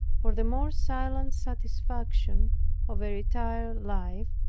for the more silent satisfaction of a retired life,